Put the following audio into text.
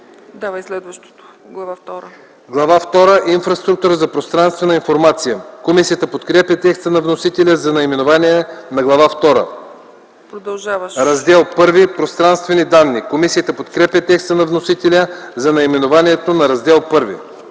за чл. 5. „Глава втора – Инфраструктура за пространствена информация.” Комисията подкрепя текста на вносителя за наименованието на Глава втора. „Раздел І – Пространствени данни.” Комисията подкрепя текста на вносителя за наименованието на Раздел І.